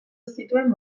zituen